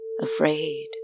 afraid